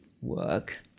work